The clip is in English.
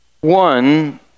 One